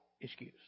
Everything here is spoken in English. excuse